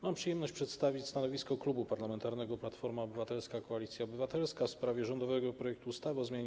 Mam przyjemność przedstawić stanowisko Klubu Parlamentarnego Platforma Obywatelska - Koalicja Obywatelska w sprawie rządowego projektu ustawy o zmianie